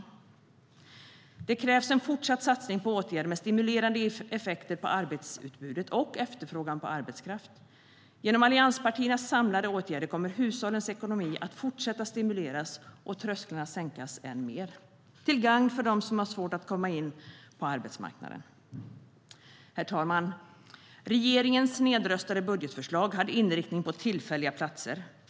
Herr talman! Regeringens nedröstade budgetförslag hade inriktning på tillfälliga platser.